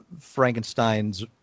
frankenstein's